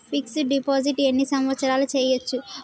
Fix డ్ deposit ఎన్ని సంవత్సరాలు చేయచ్చు?